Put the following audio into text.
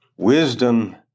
Wisdom